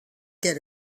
get